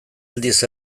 aldiz